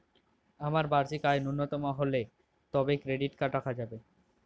আমার বার্ষিক আয় ন্যুনতম কত হলে তবেই ক্রেডিট কার্ড রাখা যাবে?